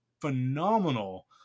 phenomenal